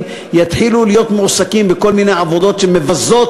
יתחילו להיות מועסקים בכל מיני עבודות שמבזות